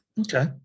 Okay